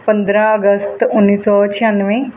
ਪੰਦਰਾਂ ਅਗਸਤ ਉੱਨੀ ਸੌ ਛਿਆਨਵੇਂ